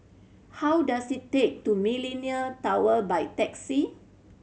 how does it take to Millenia Tower by taxi